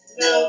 no